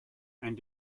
and